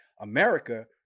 America